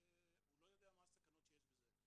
הוא לא יודע מה הסכנות שיש בזה.